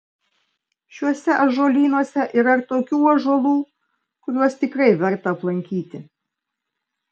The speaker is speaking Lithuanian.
šiuose ąžuolynuose yra ir tokių ąžuolų kuriuos tikrai verta aplankyti